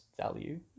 value